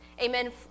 Amen